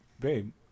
Babe